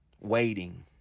waiting